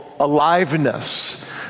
aliveness